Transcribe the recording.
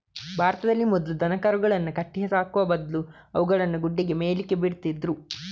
ಭಾರತದಲ್ಲಿ ಮೊದ್ಲು ದನಕರುಗಳನ್ನ ಕಟ್ಟಿ ಸಾಕುವ ಬದ್ಲು ಅವುಗಳನ್ನ ಗುಡ್ಡೆಗೆ ಮೇಯ್ಲಿಕ್ಕೆ ಬಿಡ್ತಿದ್ರು